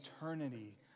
eternity